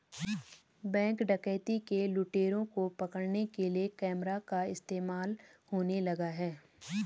Bank डकैती के लुटेरों को पकड़ने के लिए कैमरा का इस्तेमाल होने लगा है?